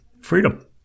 freedom